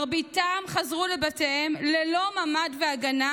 מרביתם חזרו לבתיהם ללא ממ"ד והגנה,